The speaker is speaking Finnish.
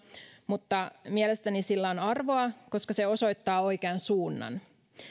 mutta mielestäni sillä on arvoa koska se osoittaa oikean suunnan